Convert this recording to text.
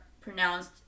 pronounced